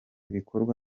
bikorwa